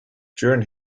during